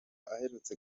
aherutse